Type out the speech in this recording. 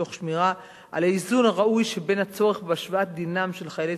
תוך שמירה על האיזון הראוי שבין הצורך בהשוואת דינם של חיילי